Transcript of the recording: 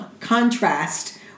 contrast